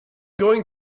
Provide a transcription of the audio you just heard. going